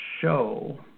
show